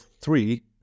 three